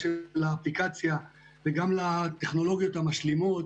לאפליקציה, וגם לטכנולוגיות המשלימות